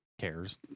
cares